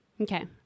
Okay